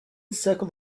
circle